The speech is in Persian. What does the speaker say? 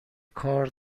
کار